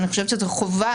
אני חושבת שזו חובה.